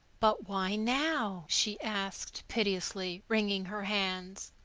but why now? she asked piteously, wringing her hands.